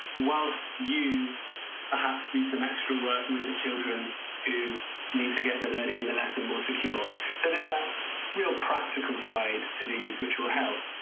whilst you perhaps do some extra work with the children who need to get the learning and the lesson more secure so there's that real practical side to these which will help.